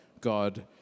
God